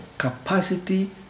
Capacity